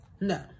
no